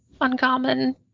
uncommon